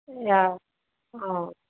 yeah